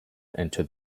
into